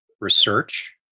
research